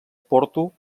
porto